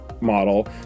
model